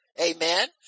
Amen